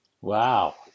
Wow